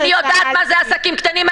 אני יודעת מה זה עסקים קטנים.